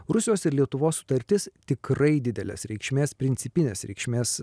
rusijos ir lietuvos sutartis tikrai didelės reikšmės principinės reikšmės